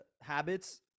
habits